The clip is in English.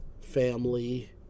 family